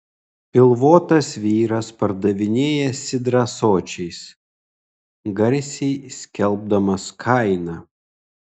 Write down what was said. pilvotas vyras pardavinėja sidrą ąsočiais garsiai skelbdamas kainą